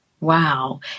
wow